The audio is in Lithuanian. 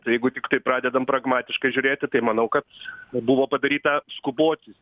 jeigu tiktai pradedam pragmatiškai žiūrėti tai manau kad buvo padaryta skuboti